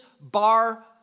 bar